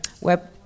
web